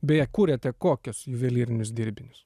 beje kuriate kokius juvelyrinius dirbinius